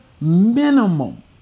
minimum